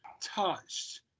touched